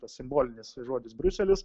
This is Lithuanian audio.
tas simbolinis žodis briuselis